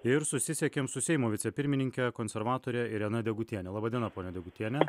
ir susisiekėm su seimo vicepirmininke konservatore irena degutiene laba diena ponia degutiene